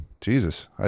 Jesus